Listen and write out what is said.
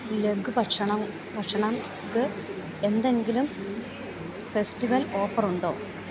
ലഘുഭക്ഷണം ഭക്ഷണം ക്ക് എന്തെങ്കിലും ഫെസ്റ്റിവൽ ഓഫർ ഉണ്ടോ